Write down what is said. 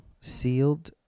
sealed